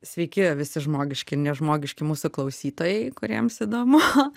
sveiki visi žmogiški ir nežmogiški mūsų klausytojai kuriems įdomu